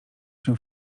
się